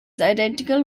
identical